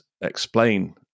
explain